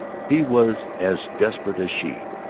he was as desperate as she.